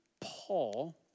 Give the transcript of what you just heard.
Paul